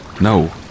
No